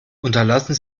unterlassen